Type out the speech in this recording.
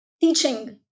teaching